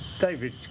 david